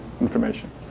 information